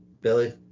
Billy